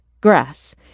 grass